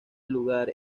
lugar